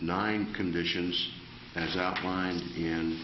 nine conditions as outlined in